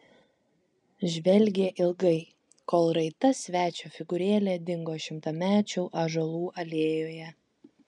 žvelgė ilgai kol raita svečio figūrėlė dingo šimtamečių ąžuolų alėjoje